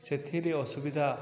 ସେଥିରେ ଅସୁବିଧା